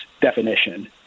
definition